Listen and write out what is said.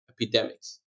epidemics